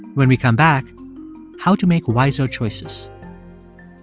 when we come back how to make wiser choices